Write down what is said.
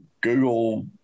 Google